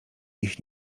ich